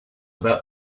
about